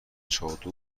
چادر